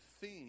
theme